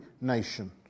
nation